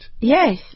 Yes